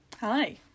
Hi